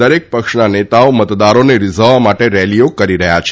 દરેક પક્ષના નેતાઓ મતદારોને રીઝવવા માટે રેલીઓ કરી રહ્યા છે